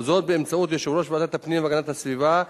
וזאת באמצעות יושב-ראש ועדת הפנים והגנת הסביבה,